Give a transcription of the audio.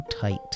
tight